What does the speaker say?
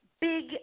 big